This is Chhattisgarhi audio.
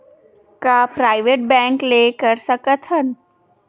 का प्राइवेट बैंक ले कर सकत हन?